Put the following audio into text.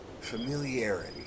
familiarity